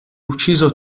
ucciso